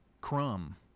crumb